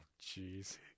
jeez